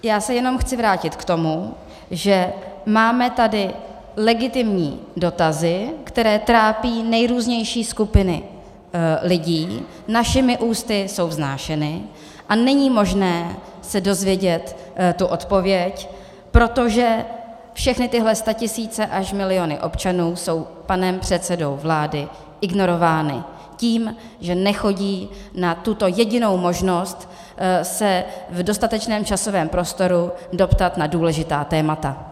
Já se jen chci vrátit k tomu, že tady máme legitimní dotazy, které trápí nejrůznější skupiny lidí, našimi ústy jsou vznášeny, a není možné se dozvědět odpověď, protože všechny tyhle statisíce až miliony občanů jsou panem předsedou vlády ignorovány tím, že nechodí na tuto jedinou možnost se v dostatečném časovém prostoru dostat na důležitá témata.